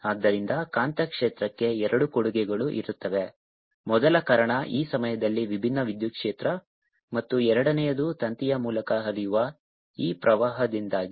ಆದ್ದರಿಂದ ಕಾಂತಕ್ಷೇತ್ರಕ್ಕೆ ಎರಡು ಕೊಡುಗೆಗಳು ಇರುತ್ತವೆ ಮೊದಲ ಕಾರಣ ಈ ಸಮಯದಲ್ಲಿ ವಿಭಿನ್ನ ವಿದ್ಯುತ್ ಕ್ಷೇತ್ರ ಮತ್ತು ಎರಡನೆಯದು ತಂತಿಯ ಮೂಲಕ ಹರಿಯುವ ಈ ಪ್ರವಾಹದಿಂದಾಗಿ